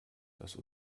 dass